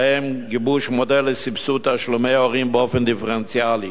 ובהם גיבוש מודל לסבסוד תשלומי הורים באופן דיפרנציאלי,